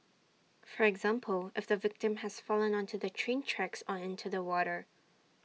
for example if the victim has fallen onto the train tracks on into the water